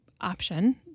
option